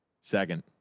Second